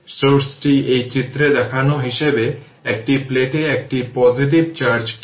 সুতরাং এই ক্ষেত্রে এই ইকুয়েশনটি ধরে নিন